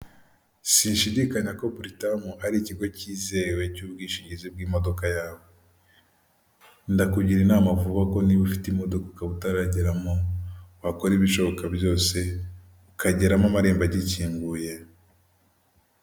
Sinshidikanya ko buritamu ari ikigo cyizewe cy'ubwishingizi bw'imodoka yawe. Ndakugira inama vuba ko niba ufite imodoka ukaba utarageramo, wakora ibishoboka byose ukageramo amarembo agikinguye.